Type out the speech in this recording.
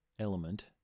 element